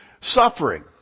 suffering